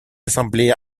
ассамблее